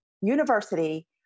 university